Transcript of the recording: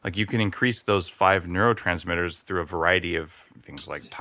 like you can increase those five neurotransmitters through a variety of things like.